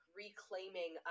reclaiming